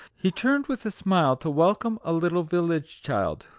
he turned with a smile to welcome a little village child,